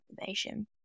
information